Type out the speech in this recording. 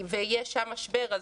ויש שם משבר.